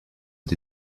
cet